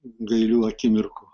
gailių akimirkų